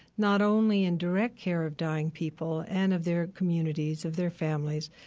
not only in direct care of dying people and of their communities, of their families,